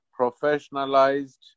professionalized